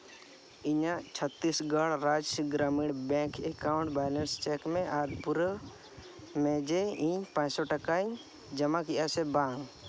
ᱤᱧᱟᱹᱜ Chhattisgarh Rajya Gramin bank account balance check ᱢᱮ ᱟᱨ ᱯᱩᱨᱟᱹ ᱱᱤᱡᱮ ᱤᱧ ᱯᱟᱥᱥᱳ ᱴᱟᱠᱟᱧ ᱡᱚᱢᱟ ᱠᱮᱜᱼᱟ ᱥᱮ ᱵᱟᱝ